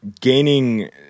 Gaining